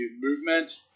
movement